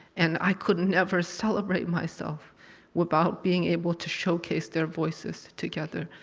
and i could never celebrate myself without being able to showcase their voices together.